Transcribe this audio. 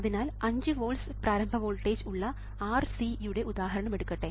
അതിനാൽ 5 വോൾട്സ് പ്രാരംഭ വോൾട്ടേജ് ഉള്ള R C യുടെ ഉദാഹരണം എടുക്കട്ടെ